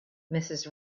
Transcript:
mrs